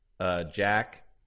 Jack